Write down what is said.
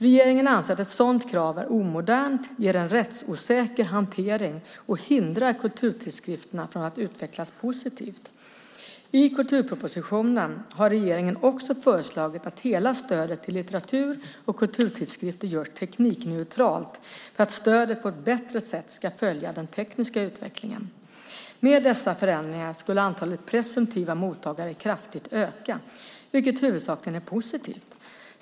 Regeringen anser att ett sådant krav är omodernt, ger en rättsosäker hantering och hindrar kulturtidskrifterna från att utvecklas positivt. I kulturpropositionen har regeringen också föreslagit att hela stödet till litteratur och kulturtidskrifter görs teknikneutralt för att stödet på ett bättre sätt ska följa den tekniska utvecklingen. Med dessa förändringar skulle antalet presumtiva mottagare kraftigt öka, vilket huvudsakligen är positivt.